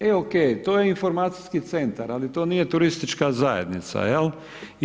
E, OK, to je informacijski centar ali to nije turistička zajednica je li.